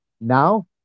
now